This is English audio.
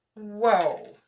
Whoa